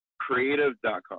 creative.com